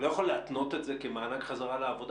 600 מיליון הם הכספים שיצאו במענק חזרה מחל"ת.